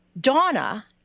Donna